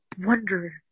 wonder